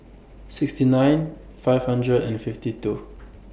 sixty nine five hundred and fifty two